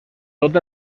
tot